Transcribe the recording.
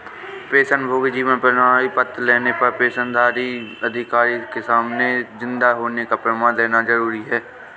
पेंशनभोगी जीवन प्रमाण पत्र लेने पर पेंशनधारी को अधिकारी के सामने जिन्दा होने का प्रमाण देना जरुरी नहीं